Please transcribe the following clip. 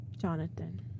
jonathan